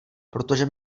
protože